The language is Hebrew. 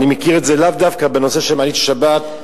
אני מכיר את זה לאו דווקא בנושא של מעלית של שבת.